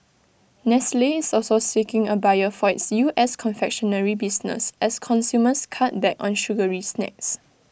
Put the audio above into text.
nestle is also seeking A buyer for its U S confectionery business as consumers cut back on sugary snacks